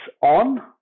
on